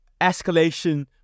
escalation